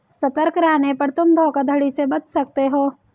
सतर्क रहने पर तुम धोखाधड़ी से बच सकते हो